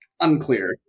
unclear